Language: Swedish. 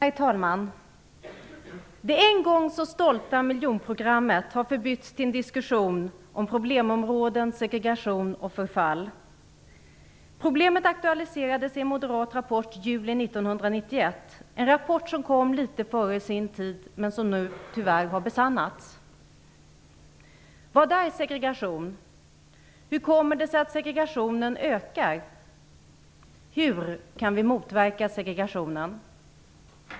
Herr talman! Talet om det en gång så stolta projektet miljonprogrammet har förbytts till en diskussion om problemområden, segregation och förfall. Problemet aktualiserades i en moderat rapport i juli 1991 som kom litet före sin tid men vars uppgifter nu tyvärr har besannats.